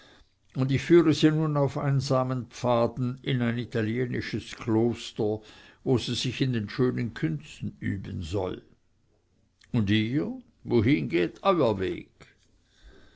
und ich führe sie nun auf einsamen pfaden in ein italienisches kloster wo sie sich in den schönen künsten üben soll und ihr wohin geht euer weg